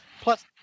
Plus